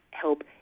help